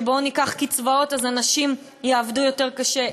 של: בואו ניקח קצבאות ואז אנשים יעבדו יותר קשה,